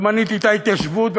ומניתי את ההתיישבות,